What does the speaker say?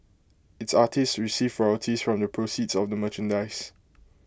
its artists receive royalties from the proceeds of the merchandise